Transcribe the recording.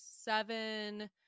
seven